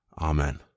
Amen